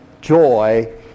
joy